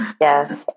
yes